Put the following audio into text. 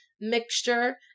mixture